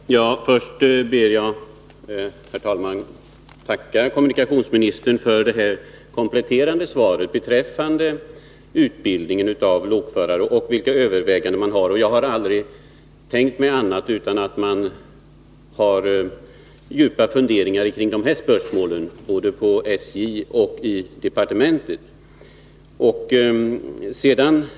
Herr talman! Först ber jag att få tacka kommunikationsministern för det kompletterande svaret beträffande utbildningen av lokförare och vilka överväganden man gör. Jag har aldrig tänkt mig annat än att man har djupa funderingar kring de här spörsmålen både på SJ och i departementet.